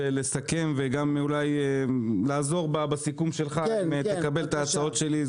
לסכם ואולי לעזור בסיכום שלך אם תקבל את ההצעות שלי.